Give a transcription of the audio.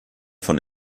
von